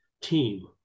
team